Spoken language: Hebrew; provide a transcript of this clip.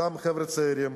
אותם חבר'ה צעירים,